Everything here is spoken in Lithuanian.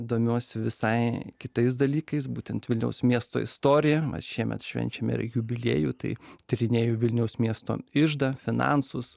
domiuosi visai kitais dalykais būtent vilniaus miesto istorija vat šiemet švenčiame ir jubiliejų tai tyrinėju vilniaus miesto iždą finansus